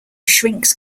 shrinks